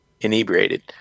inebriated